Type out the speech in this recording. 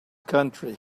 country